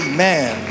Amen